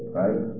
right